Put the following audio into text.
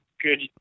good